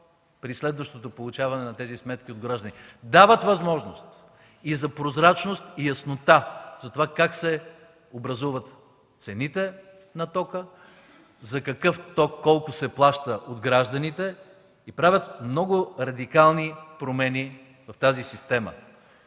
при следващото получаване на тези сметки от гражданите. Дават възможност и за прозрачност и яснота за това как се образуват цените на тока, за какъв ток, колко се плаща от гражданите и правят много радикални промени в тази система.